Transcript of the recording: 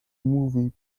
movie